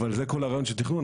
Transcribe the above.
אבל זה כל הרעיון של תכנון,